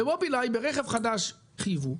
במובילאיי ברכב חדש חייבו,